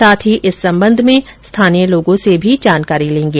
साथ ही इस संबंध में स्थानीय लोगों से भी जानकारी लेगें